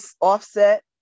offset